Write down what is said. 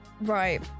right